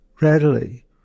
readily